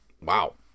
Wow